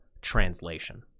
translation